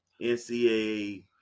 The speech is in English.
NCAA